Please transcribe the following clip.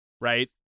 Right